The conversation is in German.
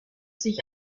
sich